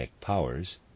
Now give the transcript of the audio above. powers